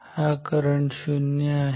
हा करंट 0 आहे